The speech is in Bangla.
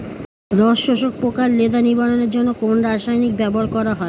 রস শোষক পোকা লেদা নিবারণের জন্য কোন রাসায়নিক ব্যবহার করা হয়?